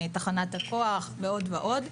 תחנת הכוח ועוד ועוד.